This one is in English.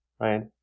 right